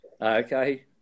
okay